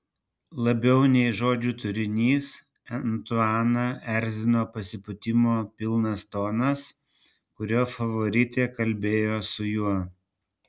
labiau nei žodžių turinys antuaną erzino pasipūtimo pilnas tonas kuriuo favoritė kalbėjo su juo